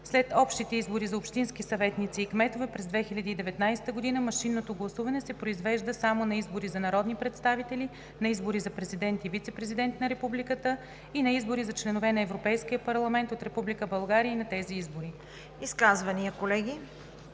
„След общите избори за общински съветници и кметове през 2019 г. машинното гласуване се произвежда само на избори за народни представители, на избори за президент и вицепрезидент на републиката и на избори за членове на Европейския парламент от Република България и на тези избори“.“